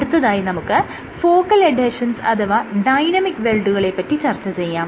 അടുത്തതായി നമുക്ക് focal adhesions അഥവാ ഡൈനാമിക് വെൽഡുകളെ പറ്റി ചർച്ച ചെയ്യാം